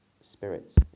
spirits